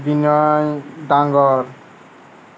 বিনয় ডাঙ্গর